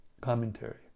Commentary